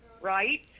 right